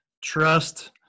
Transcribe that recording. Trust